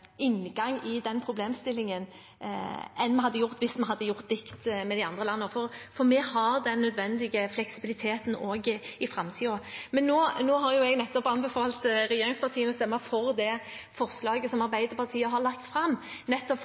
inngang til den problemstillingen enn vi hadde gjort hvis vi hadde gjort det likt som de andre landene. For vi har den nødvendige fleksibiliteten også i framtiden. Men nå har jeg nettopp anbefalt regjeringspartiene å stemme for det forslaget som Arbeiderpartiet har lagt fram, nettopp for